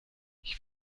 ich